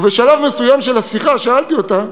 ובשלב מסוים של השיחה שאלתי אותה: